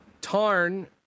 tarn